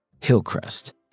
Hillcrest